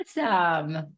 Awesome